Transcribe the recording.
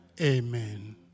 Amen